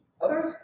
others